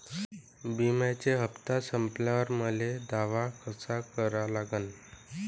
बिम्याचे हप्ते संपल्यावर मले दावा कसा करा लागन?